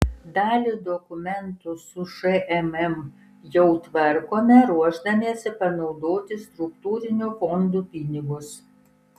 dalį dokumentų su šmm jau tvarkome ruošdamiesi panaudoti struktūrinių fondų pinigus